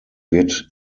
wird